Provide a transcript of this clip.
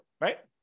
right